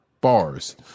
Bars